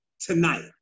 tonight